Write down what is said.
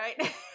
right